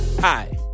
Hi